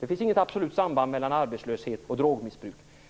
Det finns inget absolut samband mellan arbetslöshet och drogmissbruk.